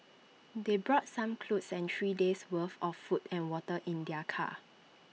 they brought some clothes and three days worth of food and water in their car